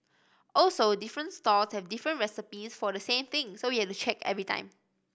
also different stalls have different recipes for the same thing so we have to check every time